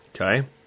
Okay